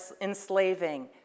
enslaving